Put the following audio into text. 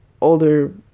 older